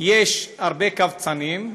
יש הרבה קבצנים,